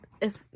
if-